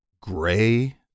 gray